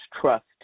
trust